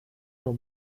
nur